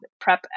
prep